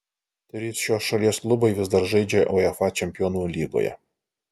trys šios šalies klubai vis dar žaidžia uefa čempionų lygoje